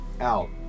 out